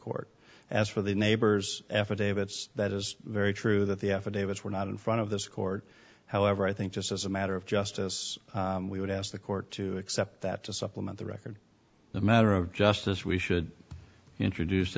court as for the neighbor's affidavit that is very true that the affidavits were not in front of this court however i think just as a matter of justice we would ask the court to accept that to supplement the record the matter of justice we should introduce